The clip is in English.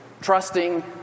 trusting